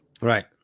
Right